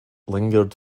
lingered